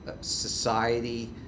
society